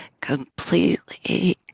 completely